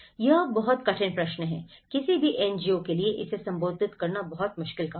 यह बहुत कठिन प्रश्न है किसी भी एनजीओ के लिए इसे संबोधित करना बहुत मुश्किल काम है